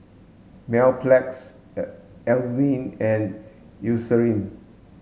Mepilex Avene and Eucerin